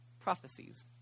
prophecies